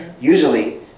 Usually